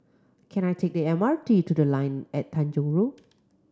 can I take the M R T to The Line at Tanjong Rhu